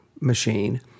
machine